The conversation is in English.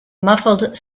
muffled